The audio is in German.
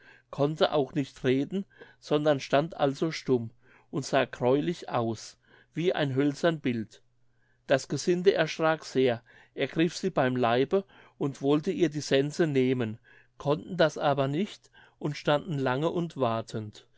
konnte auch nicht reden sondern stand also stumm und sah gräulich aus wie ein hölzern bild das gesinde erschrak sehr ergriffen sie beim leibe und wollten ihr die sense nehmen konnten das aber nicht und standen lange und warteten